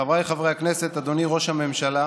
חבריי חברי הכנסת, אדוני ראש הממשלה,